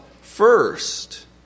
first